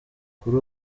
kuri